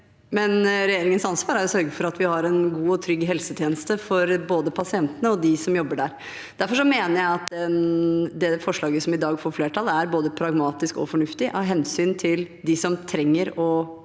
men regjeringens ansvar er å sørge for at vi har en god og trygg helsetjeneste for både pasientene og de som jobber der. Derfor mener jeg at det forslaget som i dag får flertall, er både pragmatisk og fornuftig, av hensyn til de som trenger å